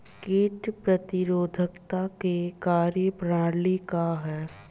कीट प्रतिरोधकता क कार्य प्रणाली का ह?